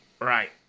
Right